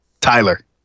Tyler